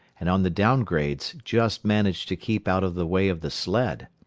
and on the down grades just managed to keep out of the way of the sled.